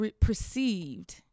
perceived